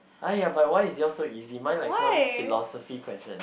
!aiya! but why is you all so easy mine like some philosophy question